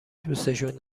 دوسشون